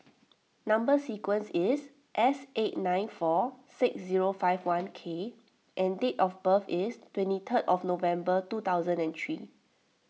Number Sequence is S eight nine four six zero five one K and date of birth is twenty third of November two thousand and three